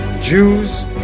Jews